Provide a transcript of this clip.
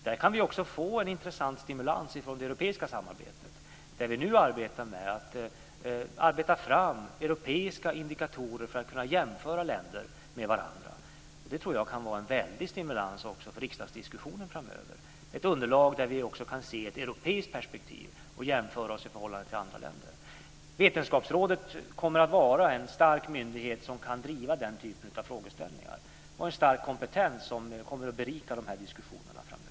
Där kan vi också få en intressant stimulans från det europeiska samarbetet, där vi nu arbetar med att ta fram europeiska indikatorer för att kunna jämföra länder med varandra. Det tror jag kan vara en väldigt stimulans också för riksdagsdiskussionen framöver. Det blir ett underlag där vi också kan se det hela i ett europeiskt perspektiv och jämföra oss med andra länder. Vetenskapsrådet kommer att vara en stark myndighet, som kan driva den typen av frågeställningar. Där kommer att finnas en god kompetens som kommer att berika de här diskussionerna framöver.